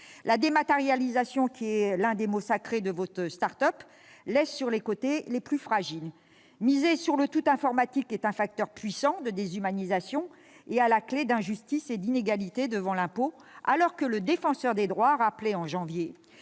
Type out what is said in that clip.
La dématérialisation- l'un des mots sacrés de votre start-up ! laisse de côté les plus fragiles. Miser sur le tout informatique est un facteur puissant de déshumanisation, et donc d'injustice et d'inégalités devant l'impôt, alors que le Défenseur des droits rappelait en janvier